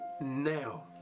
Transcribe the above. now